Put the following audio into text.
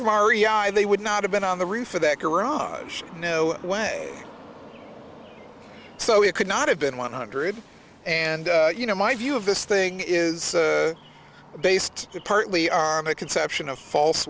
from r e i they would not have been on the roof of that garage no way so it could not have been one hundred and you know my view of this thing is based partly on the conception of false